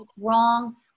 wrong